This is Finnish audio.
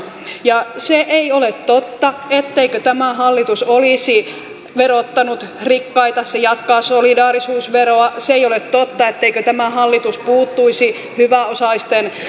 se ei ole totta etteikö tämä hallitus olisi verottanut rikkaita se jatkaa solidaarisuusveroa se ei ole totta etteikö tämä hallitus puuttuisi esimerkiksi hyväosaisten